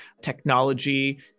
technology